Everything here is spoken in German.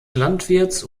landwirts